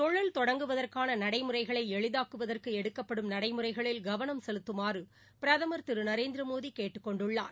தொழில் தொடங்குவதற்கானநடைமுறைகளைஎளிதாக்குவதற்குஎடுக்கப்படும் நடைமுறைகளில் கவனம் செலுத்துமாறுபிரதமர் திருநரேந்திரமோடிகேட்டுக் கொண்டுள்ளார்